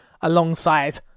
alongside